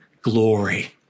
glory